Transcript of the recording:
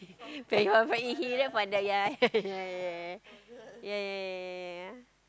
beggar but if he ya ya ya ya ya ya ya ya ya